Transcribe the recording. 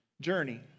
journey